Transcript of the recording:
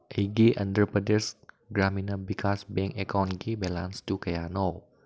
ꯑꯩꯒꯤ ꯑꯟꯙ꯭ꯔ ꯄ꯭ꯔꯗꯦꯁ ꯒ꯭ꯔꯥꯃꯤꯅꯥ ꯚꯤꯀꯥꯁ ꯕꯦꯡ ꯑꯦꯀꯥꯎꯟꯒꯤ ꯕꯦꯂꯥꯟꯁꯇꯨ ꯀꯌꯥꯅꯣ